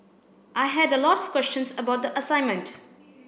I had a lot of questions about the assignment